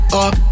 up